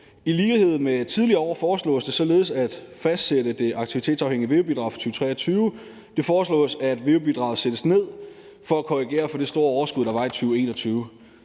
I lighed med tidligere år foreslås det således at fastsætte det aktivitetsafhængige veu-bidrag for 2023. Det foreslås, at veu-bidraget sættes ned for at korrigere for det store overskud, der var i 2021.